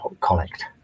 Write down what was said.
collect